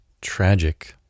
tragic